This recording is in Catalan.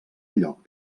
lloc